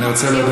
אני,